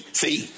see